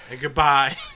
goodbye